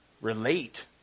relate